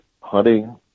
hunting